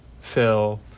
Phil